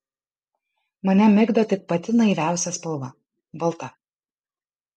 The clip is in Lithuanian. mane migdo tik pati naiviausia spalva balta